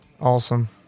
Awesome